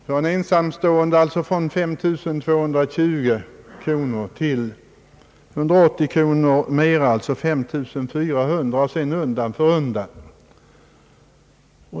För en ensamstående pensionär ökas pensionen med 180 kronor från 5 220 kronor till 5 400, osv. undan för undan.